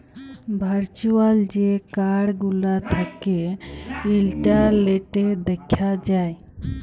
virtual যে card গুলা থ্যাকে ইলটারলেটে দ্যাখা যায়